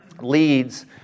leads